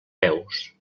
peus